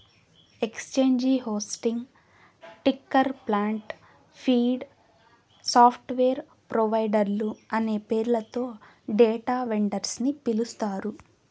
exchange hosting, ticker plant, feed, software ప్రొవైడర్లు అనే పేర్లతో డేటా వెండర్స్ ని పిలుస్తారు